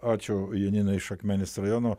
ačiū janina iš akmenės rajono